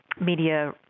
media